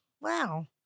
Wow